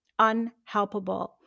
unhelpable